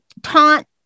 taunt